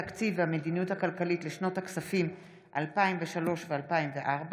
התקציב והמדיניות הכלכלית לשנות הכספים 2003 ו-2004)